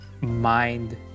mind